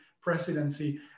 presidency